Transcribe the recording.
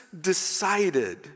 decided